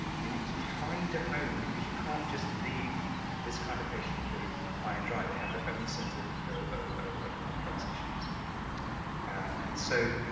you need to find a home, because you can't just leave this kind of patient group high and dry. they have their own set of ah of complex issues and so,